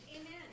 Amen